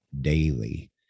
daily